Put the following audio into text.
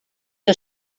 que